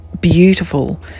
beautiful